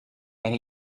and